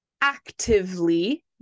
actively